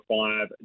five